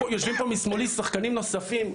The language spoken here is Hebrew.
יושבים פה משמאלי שחקנים נוספים,